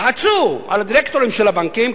לחצו על הדירקטורים של הבנקים,